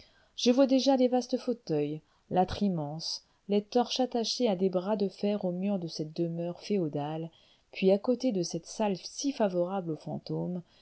je vois déjà les vastes fauteuils l'âtre immense les torches attachées à des bras de fer aux murs de cette demeure féodale puis à côté de cette salle si favorable aux fantômes